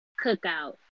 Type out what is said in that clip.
cookout